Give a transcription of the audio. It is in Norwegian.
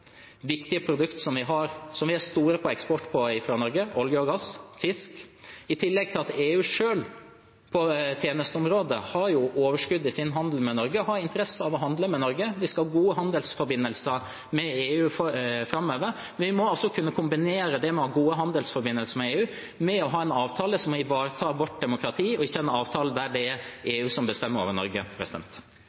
viktige produkter vi er store på eksport på fra Norge – olje, gass og fisk – i tillegg til at EU selv på tjenesteområdet har overskudd i sin handel med Norge, og har interesse av å handle med Norge. Vi skal ha gode handelsforbindelser med EU framover, men vi må kunne kombinere det å ha gode handelsforbindelser med EU med å ha en avtale som ivaretar vårt demokrati, og ikke en avtale der det er EU som bestemmer over Norge.